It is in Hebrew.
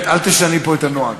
באמת, אל תשני פה את הנוהל.